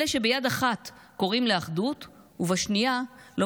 אלה שביד אחת קוראים לאחדות ובשנייה לא